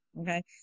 okay